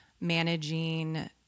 managing